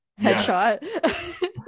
headshot